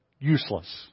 useless